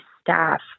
staff